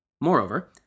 Moreover